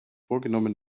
vorgenommen